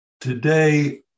today